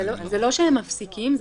זה לא שהם מפסיקים,